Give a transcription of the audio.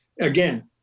Again